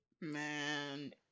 Man